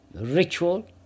ritual